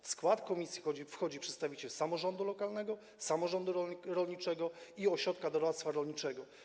W skład komisji wchodzi przedstawiciel samorządu lokalnego, samorządu rolniczego i ośrodka doradztwa rolniczego.